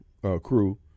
crew